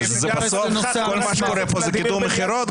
בסוף כל מה שקורה פה זה גם קידום מכירות.